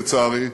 לצערי,